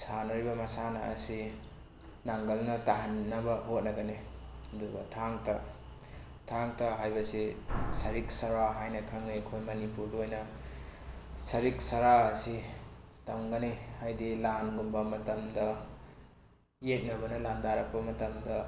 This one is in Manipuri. ꯁꯥꯟꯅꯔꯤꯕ ꯃꯁꯥꯟꯅ ꯑꯁꯤ ꯅꯪꯒꯜꯅ ꯇꯥꯍꯟꯅꯕ ꯍꯣꯠꯅꯒꯅꯤ ꯑꯗꯨꯒ ꯊꯥꯡ ꯇꯥ ꯊꯥꯡ ꯇꯥ ꯍꯥꯏꯕꯁꯤ ꯁꯔꯤꯛ ꯁꯥꯔꯥ ꯍꯥꯏꯅ ꯈꯪꯅꯩ ꯑꯩꯈꯣꯏ ꯃꯅꯤꯄꯨꯔꯒꯤ ꯑꯣꯏꯅ ꯁꯔꯤꯛ ꯁꯥꯔꯥ ꯑꯁꯤ ꯇꯝꯒꯅꯤ ꯍꯥꯏꯗꯤ ꯂꯥꯟꯒꯨꯝꯕ ꯃꯇꯝꯗ ꯌꯦꯛꯅꯕꯅ ꯂꯥꯟꯗꯥꯔꯛꯄ ꯃꯇꯝꯗ